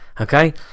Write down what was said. Okay